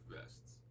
vests